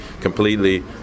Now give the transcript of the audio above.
completely